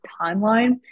timeline